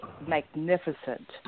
magnificent